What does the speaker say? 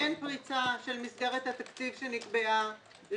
אין פריצה של מסגרת התקציב שנקבעה,